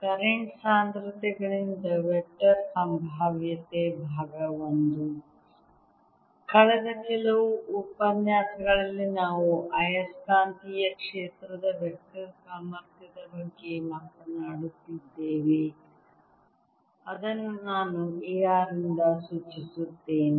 current ಸಾಂದ್ರತೆಗಳಿಂದ vector ಸಂಭಾವ್ಯತೆ 1 ಕಳೆದ ಕೆಲವು ಉಪನ್ಯಾಸಗಳಲ್ಲಿ ನಾವು ಆಯಸ್ಕಾಂತೀಯ ಕ್ಷೇತ್ರದ ವೆಕ್ಟರ್ ಸಾಮರ್ಥ್ಯದ ಬಗ್ಗೆ ಮಾತನಾಡುತ್ತಿದ್ದೇವೆ ಅದನ್ನು ನಾನು A r ನಿಂದ ಸೂಚಿಸುತ್ತೇನೆ